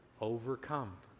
overcome